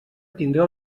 tindrà